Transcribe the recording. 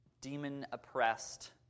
demon-oppressed